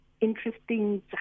interesting